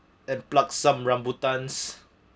and pluck some rambutans